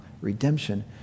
redemption